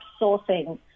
sourcing